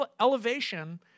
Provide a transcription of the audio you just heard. elevation